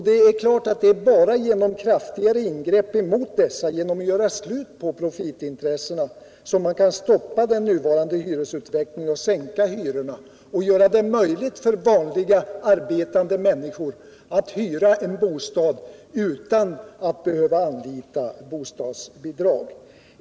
Det är klart att det är bara genom kraftigare ingrepp mot dessa, genom att göra slut på profitintressena, som man kan stoppa den nuvarande hyresutvecklingen, sänka hyrorna och göra det möjligt för vanliga arbetande människor att hyra en bostad utan att behöva anlita bostadsbidrag.